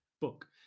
book